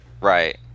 Right